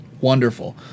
wonderful